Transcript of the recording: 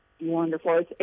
Wonderful